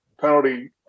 Penalty